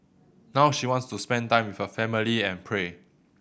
now she wants to spend time with her family and pray